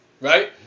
right